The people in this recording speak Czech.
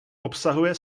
obsahuje